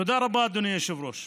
תודה רבה, אדוני היושב-ראש.